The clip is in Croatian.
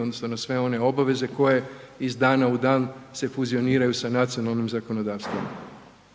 odnosno na sve one obaveze koje iz dana u dan se fuzioniraju sa nacionalnim zakonodavstvom.